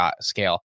scale